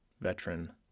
veteran